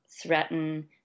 threaten